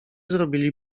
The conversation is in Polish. zrobili